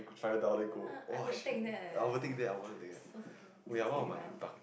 ya I would take that eh !woah! so scary so scary but I will take